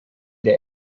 der